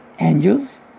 angels